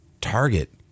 target